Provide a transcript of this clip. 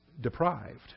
deprived